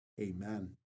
Amen